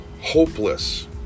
Hopeless